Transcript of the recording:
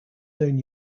known